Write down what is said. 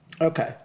Okay